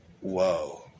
Whoa